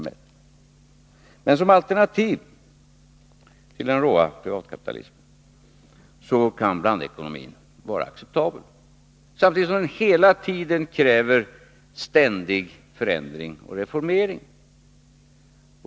Men som alternativ till den råa privatkapitalismen kan blandekonomin vara acceptabel, samtidigt som den hela tiden kräver förändring och reformering.